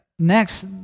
Next